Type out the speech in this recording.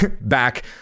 back